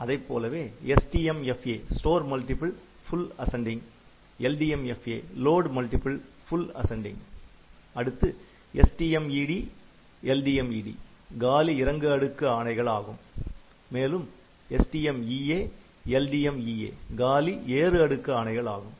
அதைப்போலவே STMFA store multiple full ascending LDMFA load multiple full ascending அடுத்து STMEDLDMED காலி இறங்கு அடுக்கு ஆணைகள் ஆகும் மேலும் STMEALDMEA காலி ஏறு அடுக்கு ஆணைகள் ஆகும்